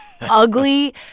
ugly